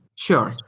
sure.